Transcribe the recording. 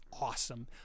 awesome